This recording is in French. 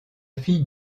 fille